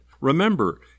Remember